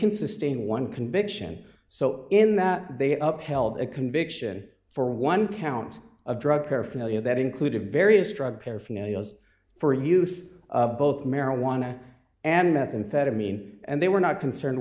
can sustain one conviction so in that they up held a conviction for one count of drug paraphernalia that included various drug paraphernalia those for use both marijuana and methamphetamine and they were not concerned